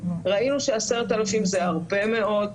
ראינו ש-10,000 זה הרבה מאוד,